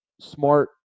Smart